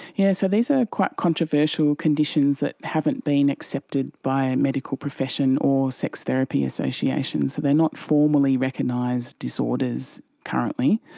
yes, so these are quite controversial conditions that haven't been accepted by a medical profession or sex therapy associations, so they are not formally recognised disorders currently.